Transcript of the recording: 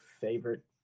favorite